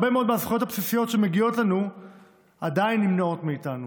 הרבה מאוד מהזכויות הבסיסיות שמגיעות לנו עדיין נמנעות מאיתנו,